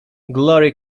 glory